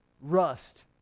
rust